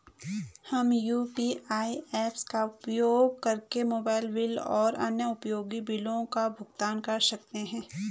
हम UPI apps का उपयोग करके मोबाइल बिल और अन्य उपयोगी बिलों का भुगतान कर सकते हैं